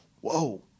whoa